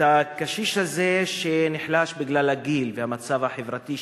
את הקשיש הזה שנחלש בגלל הגיל והמצב החברתי,